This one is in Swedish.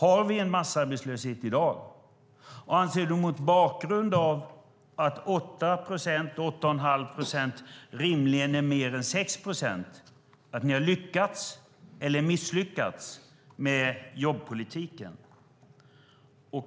Anser du mot bakgrund av att 8 1⁄2 procent rimligen är mer än 6 procent att ni har lyckats eller misslyckats med jobbpolitiken?